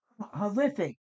Horrific